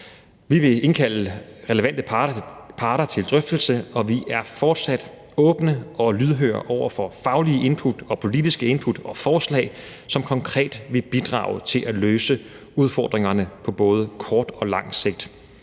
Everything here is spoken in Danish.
Vi vil indkalde relevante parter til drøftelse, og vi er fortsat åbne og lydhøre over for faglige input og politiske input og forslag, som konkret vil bidrage til at løse udfordringerne på både kort og lang sigt.